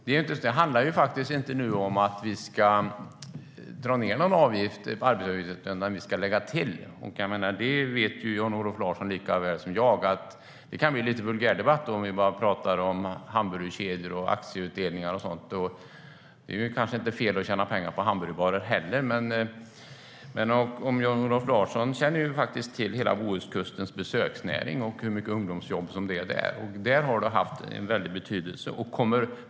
Det handlar nu inte om att vi ska dra ned på några arbetsgivaravgifter utan att vi ska lägga till. Jan-Olof Larsson vet lika väl som jag att det kan bli lite vulgärdebatt om vi bara talar om hamburgerkedjor, aktieutdelningar och så vidare. Men det är kanske inte fel att tjäna pengar på hamburgerbarer heller. Jan-Olof Larsson känner faktiskt till hela bohuskustens besöksnäring och hur många ungdomsjobb som finns där, och där har de lägre arbetsgivaravgifterna för ungdomar haft stor betydelse.